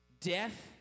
Death